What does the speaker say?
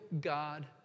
God